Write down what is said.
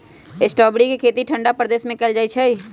strawberry के खेती ठंडा प्रदेश में कएल जाइ छइ